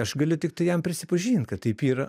aš galiu tiktai jam prisipažint kad taip yra